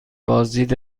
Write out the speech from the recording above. بازدید